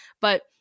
but-